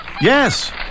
Yes